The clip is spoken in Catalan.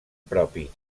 propi